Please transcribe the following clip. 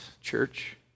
church